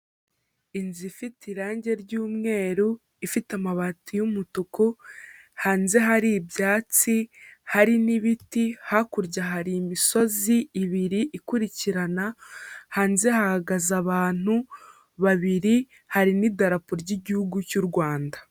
Inzu ifite irangi ry'umweru, ifite amabati y'umutuku, hanze hari ibyatsi, hari n'ibiti, hakurya hari imisozi ibiri ikurikirana, hanze hahagaze abantu babiri, hari n'idarapo ry'Igihugu cy'u Rwanda.